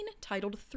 titled